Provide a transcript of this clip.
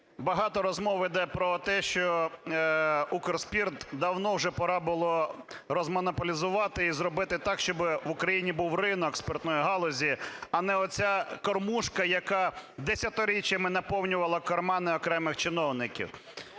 Багато розмов йде про те, що "Укрспирт" давно вже пора було розмонополізувати і зробити так, щоб в Україні був ринок спиртної галузі, а не оця "кормушка", яка десятиріччями наповнювала кармани окремих чиновників.